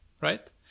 Right